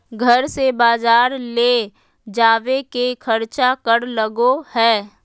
घर से बजार ले जावे के खर्चा कर लगो है?